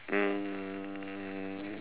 um